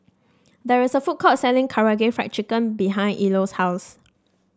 there is a food court selling Karaage Fried Chicken behind Ilo's house